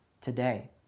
today